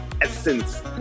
essence